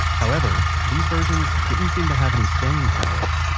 however, these versions didn't seem to have any staying power